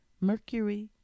Mercury